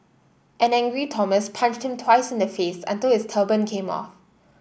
an angry Thomas punched him twice in the face until his turban came off